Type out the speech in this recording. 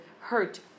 hurt